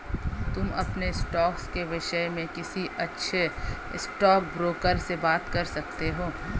तुम अपने स्टॉक्स के विष्य में किसी अच्छे स्टॉकब्रोकर से बात कर सकते हो